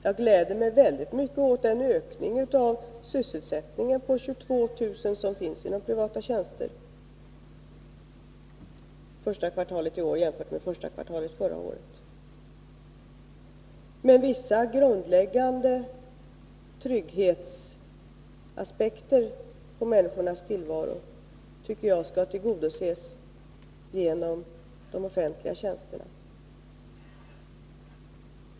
Jag gläder mig mycket åt den ökning av sysselsättningen på 22 000 personer som finns inom privata tjänster för det första kvartalet i år jämfört med det första kvartalet förra året. Men jag tycker att vissa grundläggande trygghetsaspekter på människornas tillvaro skall tillgodoses genom de offentliga tjänsterna.